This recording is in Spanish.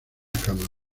cámara